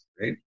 Right